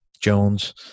Jones